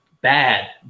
bad